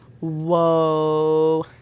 Whoa